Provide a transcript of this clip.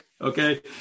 Okay